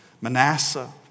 Manasseh